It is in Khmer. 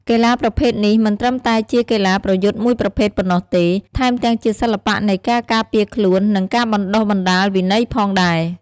កីឡាប្រភេទនេះមិនត្រឹមតែជាកីឡាប្រយុទ្ធមួយប្រភេទប៉ុណ្ណោះទេ ថែមទាំងជាសិល្បៈនៃការការពារខ្លួន និងការបណ្ដុះបណ្ដាលវិន័យផងដែរ ។